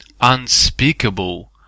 unspeakable